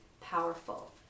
powerful